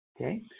okay